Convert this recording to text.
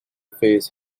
face